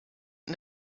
und